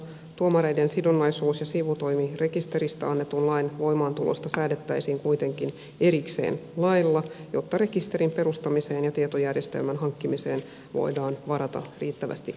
tuomareiden sidonnaisuus ja sivutoimirekisteristä annetun lain voimaantulosta säädettäisiin kuitenkin erikseen lailla jotta rekisterin perustamiseen ja tietojärjestelmän hankkimiseen voidaan varata riittävästi aikaa